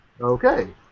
Okay